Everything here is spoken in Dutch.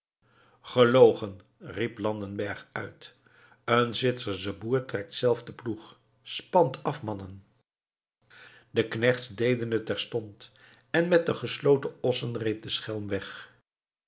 gelogen riep landenberg uit een zwitsersche boer trekt zelf den ploeg spant af mannen de knechts deden het terstond en met de gestolen ossen reed de schelm